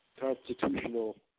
constitutional